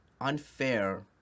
unfair